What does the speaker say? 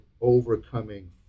overcoming